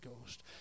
Ghost